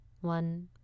One